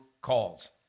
calls